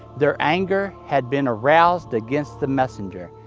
their anger had been aroused against the messenger,